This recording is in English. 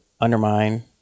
undermine